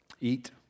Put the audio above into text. eat